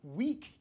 weak